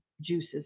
juices